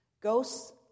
Ghosts